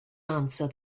answer